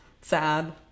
sad